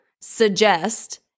suggest